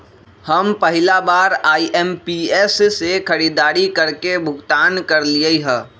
हम पहिला बार आई.एम.पी.एस से खरीदारी करके भुगतान करलिअई ह